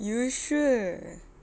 you sure